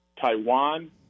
Taiwan